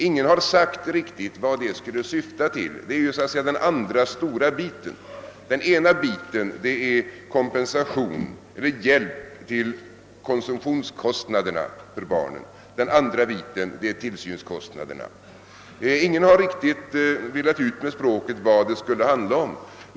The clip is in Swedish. Ingen har sagt klart ut vad det skulle syfta till. Det är den andra stora biten. Den ena biten är kompensation eller hjälp till konsumtionskostnaderna för barnen. Den andra biten är tillsynskostnaderna. Ingen har riktigt velat redogöra för vad det skulle röra sig om.